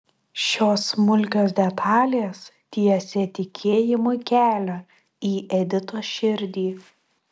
šios smulkios detalės tiesė tikėjimui kelią į editos širdį